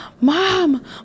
Mom